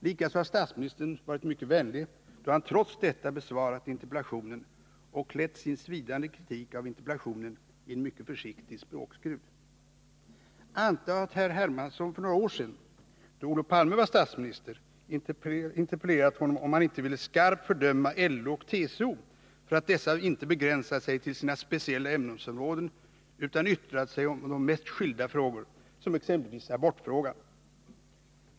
Likaså har statsministern varit mycket vänlig, då han trots detta besvarat interpellationen och klätt sin svidande kritik av den i en mycket försiktig språkskrud. Antag att herr Hermansson för några år sedan, då Olof Palme var syn på vissa uttalanden av företagens intresseorga statsminister, interpellerat honom om huruvida han inte ville skarpt fördöma LO och TCO för att dessa organisationer inte begränsat sig till sina speciella ämnesområden utan yttrat sig om de mest skilda frågor, t.ex. abortfrågan.